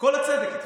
כל הצדק איתכם,